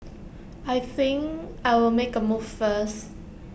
I think I'll make A move first